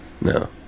No